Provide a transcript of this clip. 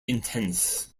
intense